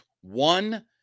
one